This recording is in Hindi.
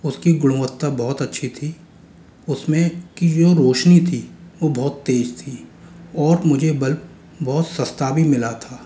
उसकी गुणवत्ता बहुत अच्छी थी उसमें की जो रोशनी थी वो बहुत तेज थी और मुझे बल्ब बहुत सस्ता भी मिला था